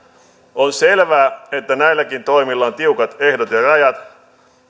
on selvää että näilläkin toimilla on tiukat ehdot ja rajat